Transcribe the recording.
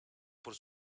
por